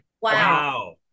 Wow